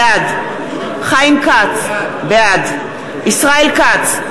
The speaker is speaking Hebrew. בעד חיים כץ, בעד ישראל כץ,